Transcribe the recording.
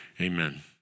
Amen